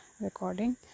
recording